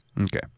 Okay